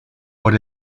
por